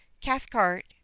Cathcart